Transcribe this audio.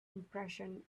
impression